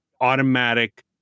automatic